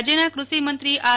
રાજયના કૃષિમંત્રી આર